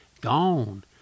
Gone